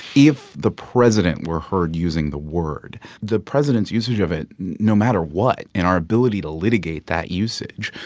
if the president were heard using the word, the president's usage of it, no matter what in our ability to litigate that usage,